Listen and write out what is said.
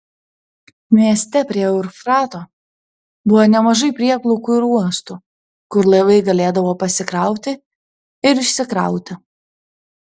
mieste prie eufrato buvo nemažai prieplaukų ir uostų kur laivai galėdavo pasikrauti ir išsikrauti